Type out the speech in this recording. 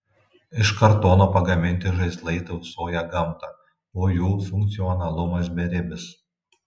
iš kartono pagaminti žaislai tausoja gamtą o jų funkcionalumas beribis